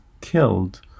killed